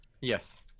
yes